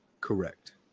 Correct